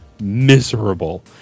miserable